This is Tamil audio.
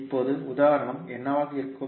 இப்போது உதாரணம் என்னவாக இருக்கும்